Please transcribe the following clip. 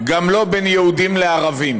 גם לא בין יהודים לערבים.